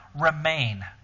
remain